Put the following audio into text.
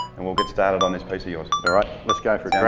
and we'll get started on this piece of yours. alright, lets go for yeah